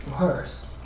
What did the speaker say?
Worse